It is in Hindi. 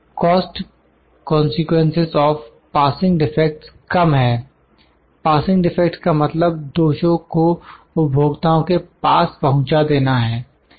cost consequences of passing defects कम हैं पासिंग डिफेक्ट्स का मतलब दोषों को उपभोक्ताओं के पास पहुंचा देना है